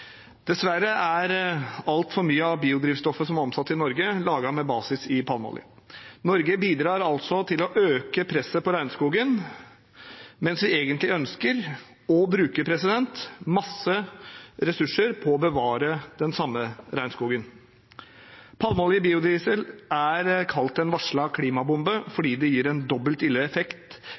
Dessverre er altfor mye av biodrivstoffet som blir omsatt i Norge, laget med basis i palmeolje. Norge bidrar altså til å øke presset på regnskogen, mens vi egentlig ønsker å bruke mange ressurser på å bevare den samme regnskogen. Palmeolje i biodiesel er kalt en varslet klimabombe fordi den gir en dobbelt ille effekt,